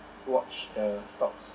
watch the stocks